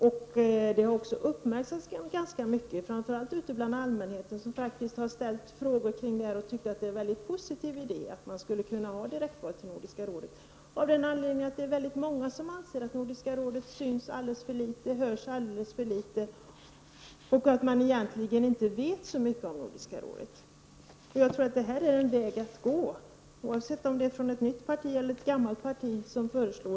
Detta förslag har också uppmärksammats ganska mycket, framför allt hos allmänheten, som ställt frågor kring förslaget och tyckt att det är en mycket positiv idé av den anledningen att Nordiska rådet syns alldeles för litet, hörs alldeles för litet och därför att människor egentligen inte vet så mycket om Nordiska rådet. Direktval är en väg att gå oavsett om förslaget kommer från ett nytt eller från ett gammalt parti.